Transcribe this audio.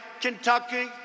Kentucky